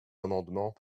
amendements